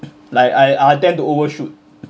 like I I tend to overshoot